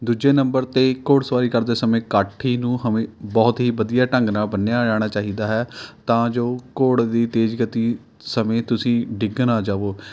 ਦੂਜੇ ਨੰਬਰ 'ਤੇ ਘੋੜ ਸਵਾਰੀ ਕਰਦੇ ਸਮੇਂ ਕਾਠੀ ਨੂੰ ਹਮੇ ਬਹੁਤ ਹੀ ਵਧੀਆ ਢੰਗ ਨਾਲ਼ ਬੰਨ੍ਹਿਆ ਜਾਣਾ ਚਾਹੀਦਾ ਹੈ ਤਾਂ ਜੋ ਘੋੜੇ ਦੀ ਤੇਜ਼ ਗਤੀ ਸਮੇਂ ਤੁਸੀਂ ਡਿੱਗ ਨਾ ਜਾਵੋ